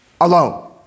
alone